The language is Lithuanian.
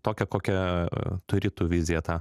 tokią kokią turi tu viziją tą